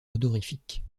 honorifiques